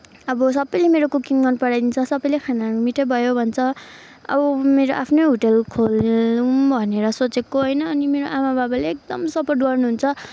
अब सबैले मेरो कुकिङ मन पराइदिन्छ सबैले खानाहरू मिठो भयो भन्छ अब मेरो आफ्नै होटल खोलौँ भनेर सोचेको होइन अनि मेरो आमा बाबाले एकदम सपोर्ट गर्नुहुन्छ